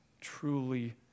truly